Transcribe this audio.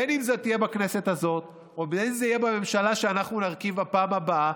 בין שזה יהיה בכנסת הזאת ובין שזה יהיה בממשלה שאנחנו נרכיב בפעם הבאה.